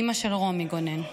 אימא של רומי גונן: